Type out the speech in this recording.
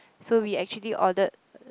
so we actually ordered